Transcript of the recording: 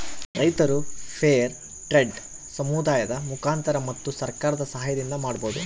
ರೈತರು fair trade ಸಮುದಾಯದ ಮುಖಾಂತರ ಮತ್ತು ಸರ್ಕಾರದ ಸಾಹಯದಿಂದ ಮಾಡ್ಬೋದು